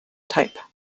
type